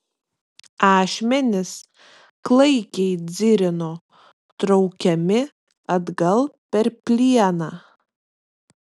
ašmenys klaikiai dzirino traukiami atgal per plieną